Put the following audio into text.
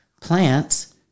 plants